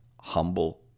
humble